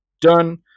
done